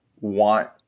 want